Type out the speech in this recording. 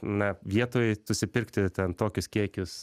na vietoj susipirkti ten tokius kiekius